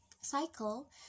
cycle